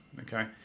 okay